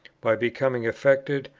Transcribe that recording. by becoming affected,